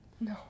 No